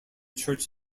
church